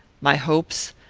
my hopes,